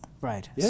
Right